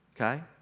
okay